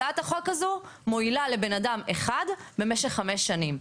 הצעת החוק הזאת מועילה לבן אדם אחד במשך חמש שנים.